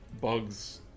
bugs